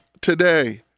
today